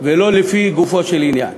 ולא לגופו של עניין.